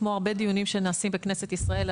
כמו הרבה דיונים שנעשים בכנסת ישראל,